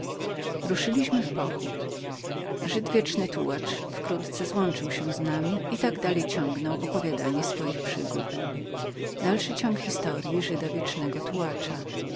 ruszyliśmy w pochód żyd wieczny tułacz wkrótce złączył się z nami i tak dalej ciągnął opowiadanie swoich przygód